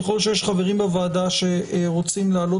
ככל שיש חברים בוועדה שרוצים להעלות